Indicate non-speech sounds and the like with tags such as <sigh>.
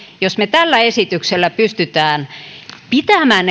jos me tällä esityksellä pystymme pitämään <unintelligible>